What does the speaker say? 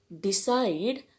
decide